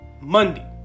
Monday